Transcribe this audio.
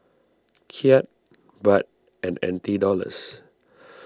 Kyat Baht and N T dollars